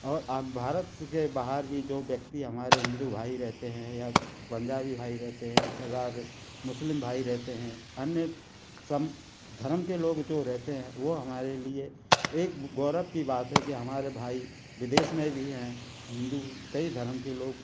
और अब भारत के बाहर भी जो व्यक्ति हमारे हिंदू भाई रहते हैं या पंजाबी भाई रहते हैं सरदार मुस्लिम भाई रहते हैं अन्य सम धरम के लोग जो रहते हैं वो हमारे लिए एक गौरव की बात है कि हमारे भाई विदेश में भी हैं हिंदू कई धरम के लोग